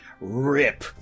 rip